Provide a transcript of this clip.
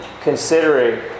considering